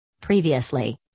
Previously